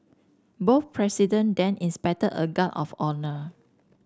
both president then inspected a guard of honour